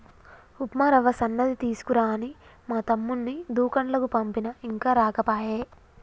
ఉప్మా రవ్వ సన్నది తీసుకురా అని మా తమ్ముణ్ణి దూకండ్లకు పంపిన ఇంకా రాకపాయె